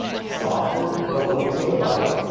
softened but when you take a bite,